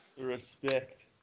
Respect